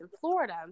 Florida